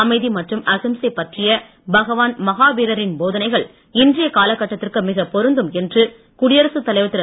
அமைதி மற்றும் அகிம்சை பற்றிய பகவான் மகாவீரரின் போதனைகள் இன்றைய காலக்கட்டத்திற்கு மிகப் பொருந்தும் என்று குடியரசுத் தலைவர் திரு